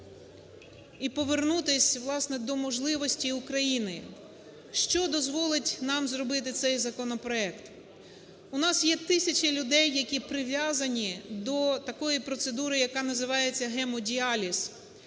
і повернутися, власне, до можливості України. Що дозволить нам зробити цей законопроект? У нас є тисячі людей, які прив'язані до такої процедури, яка називається гемодіаліз,